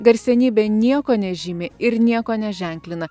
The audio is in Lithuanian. garsenybė nieko nežymi ir nieko neženklina